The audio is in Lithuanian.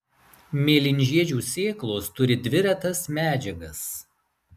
mėlynžiedžių sėklos turi dvi retas medžiagas